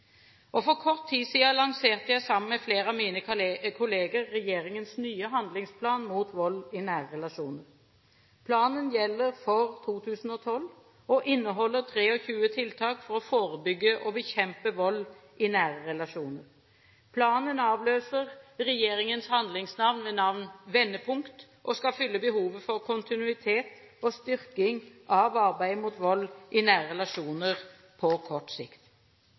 styrke. For kort tid siden lanserte jeg, sammen med flere av mine kollegaer, regjeringens nye handlingsplan mot vold i nære relasjoner. Planen gjelder for 2012 og inneholder 23 tiltak for å forebygge og bekjempe vold i nære relasjoner. Planen avløser regjeringens handlingsplan ved navn Vendepunkt og skal fylle behovet for kontinuitet og styrking av arbeidet mot vold i nære relasjoner på kort sikt.